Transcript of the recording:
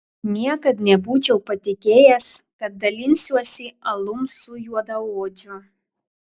niekad nebūčiau patikėjęs kad dalinsiuosi alum su juodaodžiu